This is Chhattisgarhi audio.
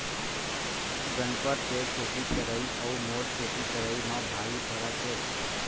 गनपत के खेती करई अउ मोर खेती करई म भारी फरक हे